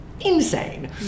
insane